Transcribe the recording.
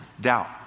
Doubt